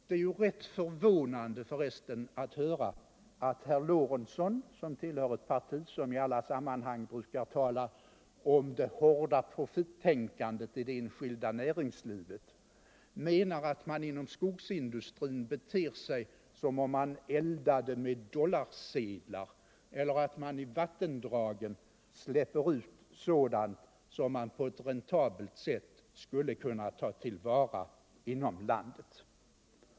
Det är för resten förvånande att herr Lorentzon, som tillhör ett parti som i alla sammanhang brukar tala om det hårda profittänkandet i det enskilda näringslivet, menar att man inom skogsindustrin beter sig som om man eldade med dollarsedlar och att man i vattendragen släpper ut sådant som man på räntabelt sätt skulle kunna ta till vara inom landet.